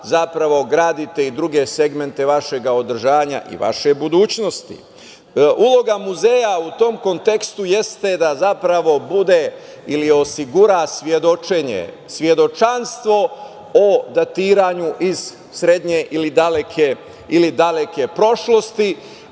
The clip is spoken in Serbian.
zapravo gradite i druge segmente vašeg održanja i vaše budućnosti. Uloga muzeja u tom kontekstu jeste da zapravo bude ili osiguran svedočenje, svedočanstvo o datiranju iz srednje ili daleke prošlosti,